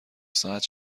ساعت